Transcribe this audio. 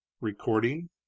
Recording